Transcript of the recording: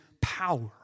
power